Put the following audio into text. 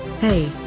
Hey